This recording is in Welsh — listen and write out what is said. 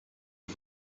mae